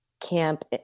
camp